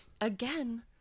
Again